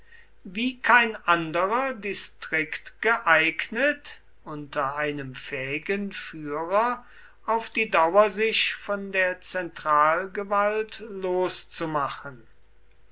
wie kein anderer distrikt geeignet unter einem fähigen führer auf die dauer sich von der zentralgewalt loszumachen